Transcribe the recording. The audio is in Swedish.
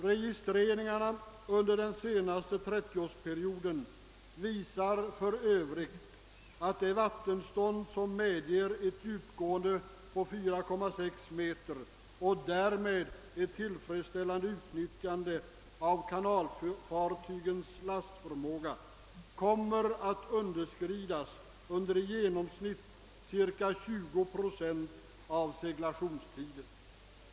Registreringarna under den senaste 30 årsperioden visar för övrigt, att det vattenstånd, som medger ett djupgående på 4,6 meter och därmed ett tillfredsställande utnyttjande av kanalfartygens lastförmåga, underskrides under i genomsnitt ca 20 procent av seglationstiden.